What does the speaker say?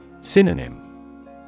Synonym